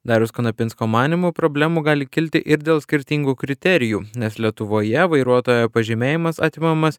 dariaus kanapinsko manymu problemų gali kilti ir dėl skirtingų kriterijų nes lietuvoje vairuotojo pažymėjimas atimamas